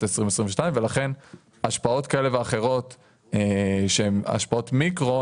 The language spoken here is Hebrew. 2022. השפעות כאלה ואחרות שהן השפעות מיקרו,